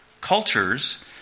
cultures